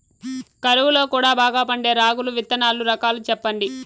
కరువు లో కూడా బాగా పండే రాగులు విత్తనాలు రకాలు చెప్పండి?